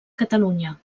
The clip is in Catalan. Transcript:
catalunya